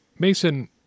Mason